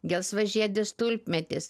gelsvažiedis tulpmedis